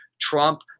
Trump